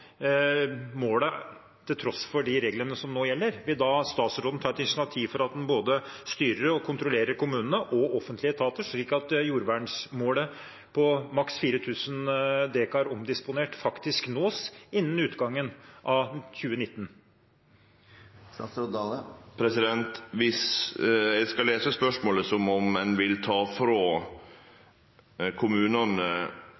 målet til tross for de reglene som nå gjelder. Vil da statsråden ta et initiativ til at en både styrer og kontrollerer kommunene og offentlige etater, slik at det jordvernmålet på maks 4 000 dekar omdisponert faktisk nås innen utgangen av 2019? Viss eg skal lese spørsmålet slik at ein vil ta